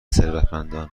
ثروتمندان